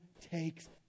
takes